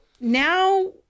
now